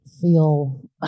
feel